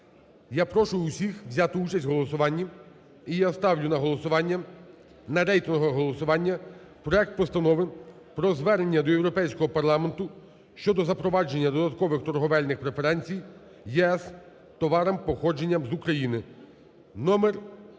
Я прошу усіх взяти участь в голосуванні. І я ставлю на голосування, на рейтингове голосування проект Постанови про Звернення до Європейського Парламенту щодо запровадження додаткових торговельних преференцій ЄС товарам, походженням з України